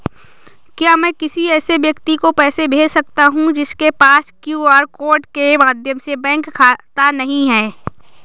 क्या मैं किसी ऐसे व्यक्ति को पैसे भेज सकता हूँ जिसके पास क्यू.आर कोड के माध्यम से बैंक खाता नहीं है?